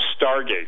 Stargate